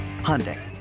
Hyundai